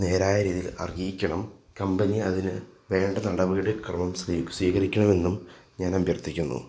നേരായ രീതിയിൽ അറിയിക്കണം കമ്പനി അതിന് വേണ്ട നടപടി ക്രമം സ്വീകരിക്കണമെന്നും ഞാൻ അഭ്യർത്ഥിക്കുന്നു